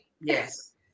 Yes